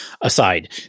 aside